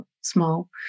small